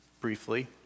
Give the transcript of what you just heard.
briefly